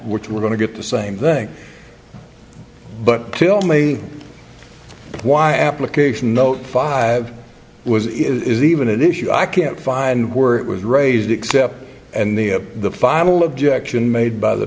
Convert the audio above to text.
which we're going to get the same thing but kill me why application note five was is even an issue i can't find where it was raised except and the the final objection made by the